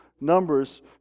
Numbers